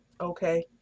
okay